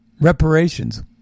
reparations